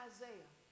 Isaiah